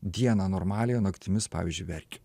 dieną normaliai o naktimis pavyzdžiui verkia